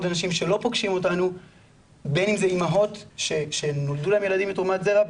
אנשים שלא פוגשים אותנו בין אם זה אימהות שנולדו להן ילדים מתרומת זרע,